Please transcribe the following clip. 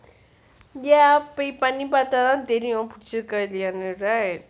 ya போய் பண்ணி பாத்தா தா தெரியும் பிடித்திருக்கா இல்லையா னு:poi panni paatha thaa teriyum pidichirukka illayanu right